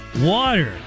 water